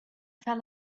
fell